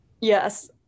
Yes